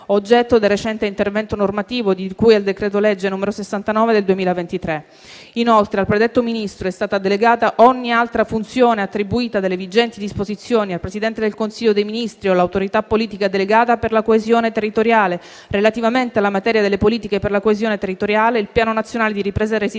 oggetto del recente intervento normativo di cui al decreto-legge n. 69 del 2023. Inoltre, al predetto Ministro è stata delegata ogni altra funzione attribuita dalle vigenti disposizioni al Presidente del Consiglio dei ministri o all'autorità politica delegata per la coesione territoriale relativamente alla materia delle politiche per la coesione territoriale e al Piano nazionale di ripresa e resilienza,